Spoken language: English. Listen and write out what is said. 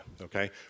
okay